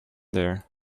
there